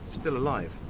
still alive.